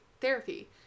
Therapy